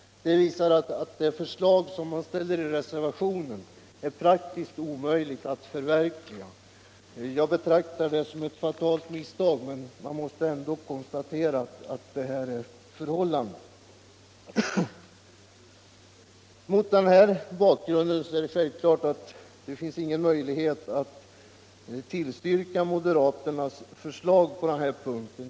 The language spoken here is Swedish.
Detta visar att det förslag som framförs i reservationen är praktiskt omöjligt att förverkliga. Jag betraktar det såsom ett fatalt misstag, men jag måste ändå konstatera att förhållandena är på detta sätt. Mot denna bakgrund finns det självfallet ingen möjlighet att tillstyrka moderaternas förslag.